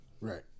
Right